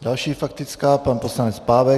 Další faktická, pan poslanec Pávek.